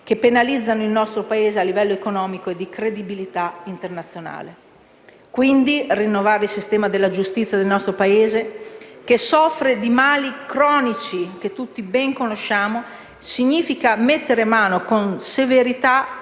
che penalizzano il nostro Paese a livello economico e di credibilità internazionale. Quindi, rinnovare il sistema della giustizia del nostro Paese, che soffre di mali cronici che tutti ben conosciamo, significa mettere mano con severità